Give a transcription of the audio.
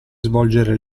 svolgere